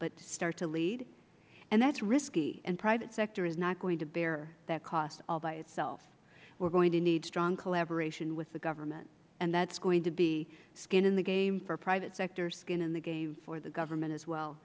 but start to lead and that is risky and private sector is not going to bear that cost all by itself we are going to need strong collaboration with the government and that is going to be skin in the game for private sector skin in the game for the government as well